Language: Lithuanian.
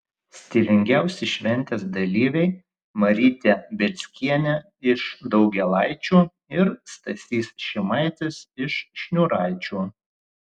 stilingiausi šventės dalyviai marytė bielskienė iš daugėlaičių ir stasys šimaitis iš šniūraičių